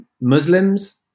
Muslims